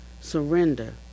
surrender